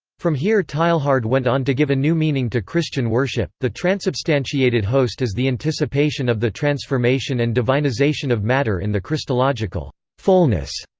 from here teilhard went on to give a new meaning to christian worship the transubstantiated host is the anticipation of the transformation and divinization of matter in the christological fullness.